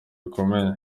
bikomeye